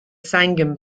sangam